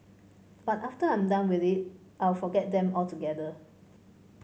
but after I'm done with it I'll forget them altogether